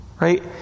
Right